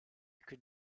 could